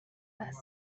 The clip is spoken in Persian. است